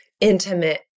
intimate